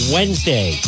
Wednesday